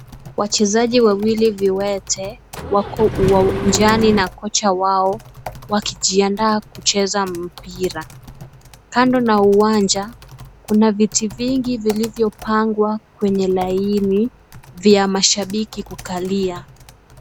Wachezaji wawili viwete, wako uwanjani na kocha wao, wakijiandaa kucheza mpira. Kando na uwanja, kuna viti vingi vilivyopangwa kwenye line , vya mashabiki kukalia.